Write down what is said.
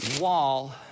Wall